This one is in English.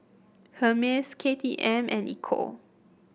Hermes K T M and Ecco